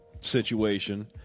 situation